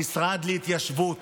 המשרד להתיישבות,